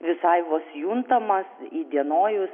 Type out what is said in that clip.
visai vos juntamas įdienojus